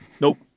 nope